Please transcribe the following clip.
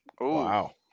Wow